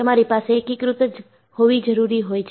તમારી પાસે એકીકૃત ડિઝાઇન જ હોવી જરૂરી હોય છે